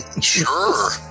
Sure